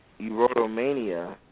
Erotomania